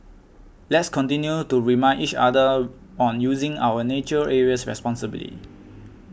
let's continue to remind each other on using our nature areas responsibly